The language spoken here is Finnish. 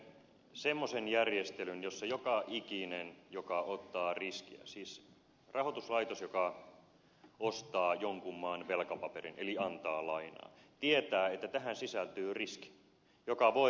eli me tarvitsemme semmoisen järjestelyn jossa joka ikinen joka ottaa riskiä siis rahoituslaitos joka ostaa jonkun maan velkapaperin eli antaa lainaa tietää että tähän sisältyy riski joka voi realisoitua